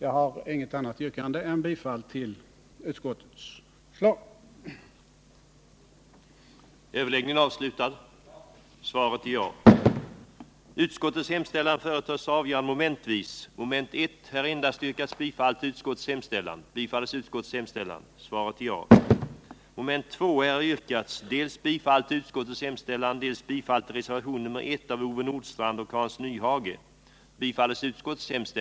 Jag har inget annat yrkande än om bifall till utskottets förslag.